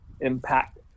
impact